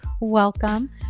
welcome